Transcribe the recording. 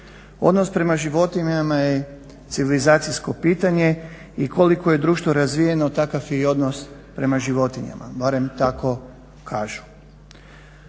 Odnos prema životinjama je civilizacijsko pitanje i koliko je društvo razvijeno takav je i odnos prema životinjama, barem tako kažu.